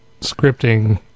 scripting